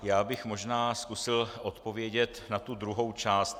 Já bych možná zkusil odpovědět na tu druhou část.